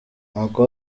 uncle